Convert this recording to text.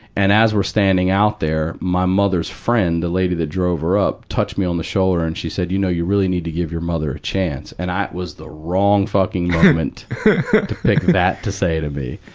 and as we're standing out there, my mother's friend, the lady that drove her up, touched me on the shoulder and she said, you know you really need to give your mother a chance. and that was the wrong fucking moment to pick that to say to me.